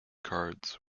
cards